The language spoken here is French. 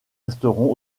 resteront